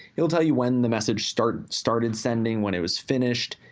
it will tell you when the message started started sending, when it was finished,